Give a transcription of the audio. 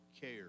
care